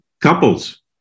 Couples